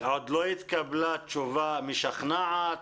עוד לא התקבלה תשובה משכנעת.